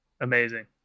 Amazing